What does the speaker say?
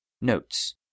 Notes